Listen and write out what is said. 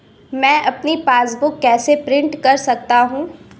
मैं अपनी पासबुक कैसे प्रिंट कर सकता हूँ?